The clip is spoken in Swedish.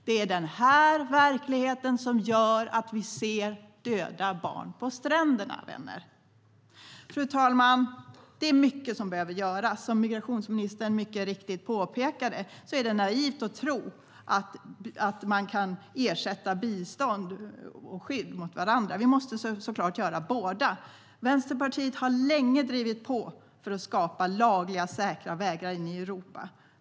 Det är den verkligheten som gör att vi ser döda barn på stränderna, vänner. Fru talman! Det är mycket som behöver göras. Som migrationsministern mycket riktigt påpekade är det naivt att tro att man kan ersätta bistånd och skydd med varandra. Vi måste så klart ha båda. Vänsterpartiet har länge drivit på för att skapa lagliga säkra vägar in i Europa.